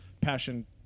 passion